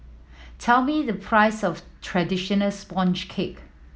tell me the price of traditional sponge cake